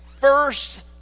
first